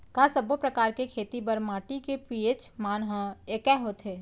का सब्बो प्रकार के खेती बर माटी के पी.एच मान ह एकै होथे?